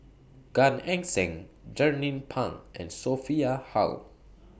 Gan Eng Seng Jernnine Pang and Sophia Hull